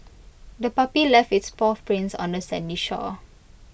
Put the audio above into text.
the puppy left its paw prints on the sandy shore